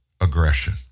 aggression